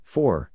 Four